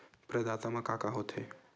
प्रदाता मा का का हो थे?